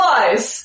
Lies